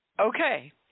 Okay